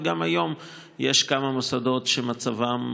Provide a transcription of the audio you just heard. וגם היום יש כמה מוסדות שמצבם,